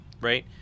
right